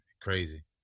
crazy